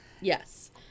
yes